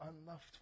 unloved